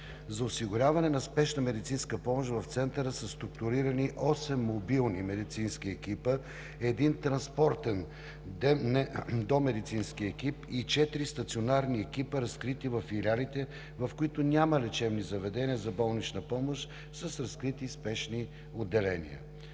За осигуряване на спешна медицинска помощ в Центъра са структурирани осем мобилни медицински екипи, един транспортен домедицински екип и четири стационарни екипи, разкрити във филиалите, в които няма лечебни заведения за болнична помощ с разкрити спешни отделения.